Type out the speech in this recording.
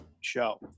show